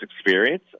experience